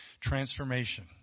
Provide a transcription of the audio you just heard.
transformation